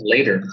Later